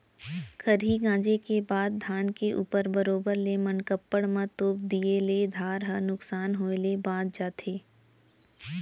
खरही गॉंजे के बाद धान के ऊपर बरोबर ले मनकप्पड़ म तोप दिए ले धार ह नुकसान होय ले बॉंच जाथे